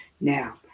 Now